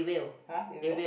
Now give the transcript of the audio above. !huh! you will